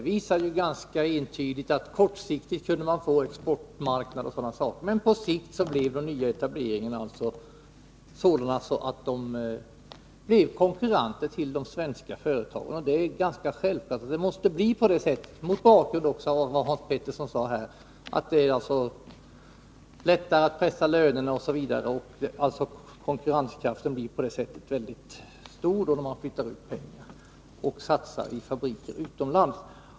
Där visades ganska entydigt att man kortsiktigt kunde få exportmarknader. På litet längre sikt blev emellertid nyetableringarna konkurrenter till de svenska företagen. Mot bakgrund av vad Hans Petersson i Hallstahammar sagt här om att det i etableringsländerna är lättare att pressa ner löner etc. är det nästan självklart att det måste bli på det sättet. Konkurrenskraften blir mycket större då man flyttar ut pengar och satsar dem i fabriker utomlands.